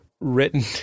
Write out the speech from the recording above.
Written